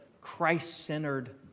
Christ-centered